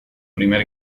primer